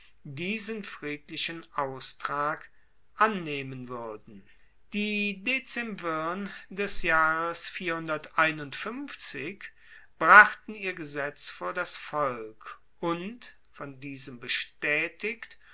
diesen friedlichen austrag annehmen wuerden die dezemvirn des jahres brachten ihr gesetz vor das volk und von diesem bestaetigt